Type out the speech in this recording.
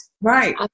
Right